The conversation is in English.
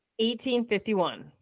1851